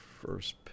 first